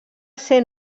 ser